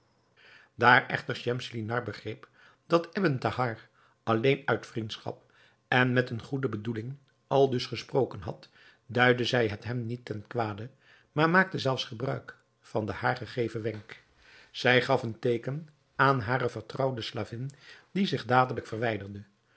daar echter schemselnihar begreep dat ebn thahar alleen uit vriendschap en met een goede bedoeling aldus gesproken had duidde zij het hem niet ten kwade maar maakte zelfs gebruik van den haar gegeven wenk zij gaf een teeken aan hare vertrouwde slavin die zich dadelijk verwijderde